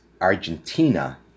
Argentina